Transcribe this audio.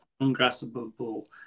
ungraspable